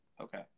Okay